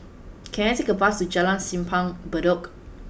can I take a bus to Jalan Simpang Bedok